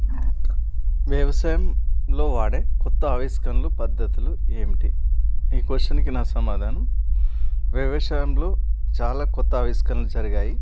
వ్యవసాయంలో వాడే కొత్త ఆవిష్కరణలు పద్ధతులు ఏమిటి ఈ క్వశ్చన్కి నా సమాధానం వ్యవసాయంలో చాలా కొత్త ఆవిష్కరణలు జరిగాయి